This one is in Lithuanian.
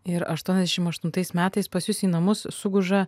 ir aštuoniasdešim aštuntais metais pas jus į namus suguža